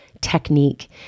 technique